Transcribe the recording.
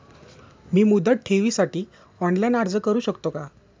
मी मुदत ठेवीसाठी ऑनलाइन अर्ज करू शकतो का?